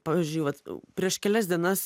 pavyzdžiui vat prieš kelias dienas